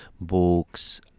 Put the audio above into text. books